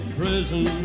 prison